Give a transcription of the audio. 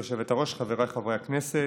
גברתי היושבת-ראש, חבריי חברי הכנסת,